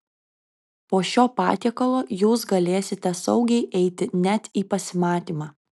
po šio patiekalo jūs galėsite saugiai eiti net į pasimatymą